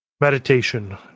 Meditation